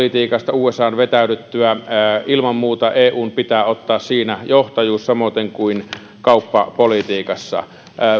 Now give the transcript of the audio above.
haasteita ilmastopolitiikassa usan vetäydyttyä ilman muuta eun pitää ottaa johtajuus samoiten kuin kauppapolitiikassa